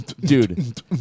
Dude